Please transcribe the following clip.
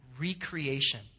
recreation